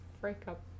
breakup